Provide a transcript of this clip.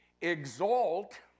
exalt